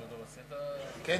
אני